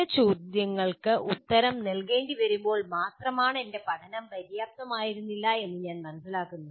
ചില ചോദ്യങ്ങൾക്ക് ഉത്തരം നൽകേണ്ടിവരുമ്പോൾ മാത്രമാണ് എന്റെ പഠനം പര്യാപ്തമായിരുന്നില്ല എന്ന് ഞാൻ മനസ്സിലാക്കുന്നത്